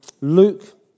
Luke